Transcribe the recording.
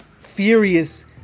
furious